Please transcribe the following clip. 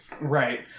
Right